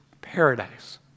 paradise